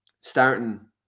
starting